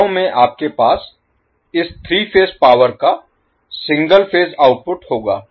घरों में आपके पास इस 3 फेज पावर का सिंगल फेज आउटपुट होगा